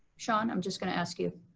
sean? i'm just gonna ask you.